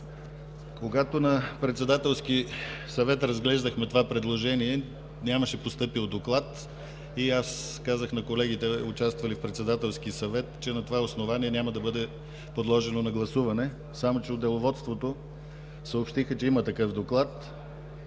Когато на Председателски съвет разглеждахме това предложение, нямаше постъпил доклад и казах на колегите, участвали в Председателския съвет, че на това основание няма да бъде подложено на гласуване, само че от Деловодството съобщиха, че има такъв доклад.